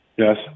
Yes